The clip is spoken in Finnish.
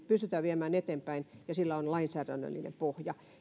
pystytään viemään eteenpäin ja sillä on lainsäädännöllinen pohja